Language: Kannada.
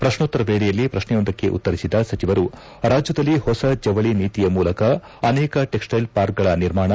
ಪ್ರಶ್ನೋತ್ತರ ವೇಳೆಯಲ್ಲಿ ಪ್ರಶ್ನೆಯೊಂದಕ್ಕೆ ಉತ್ತರಿಸಿದ ಸಚಿವರು ರಾಜ್ಯದಲ್ಲಿ ಹೊಸ ಜವಳಿ ನೀತಿಯ ಮೂಲಕ ಅನೇಕ ಟೆಕ್ಸ್ಟೈಲ್ ಪಾರ್ಕ್ಗಳ ನಿರ್ಮಾಣ